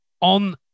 on